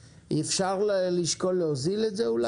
אפשר אולי לשקול להוזיל את גובה האגרה?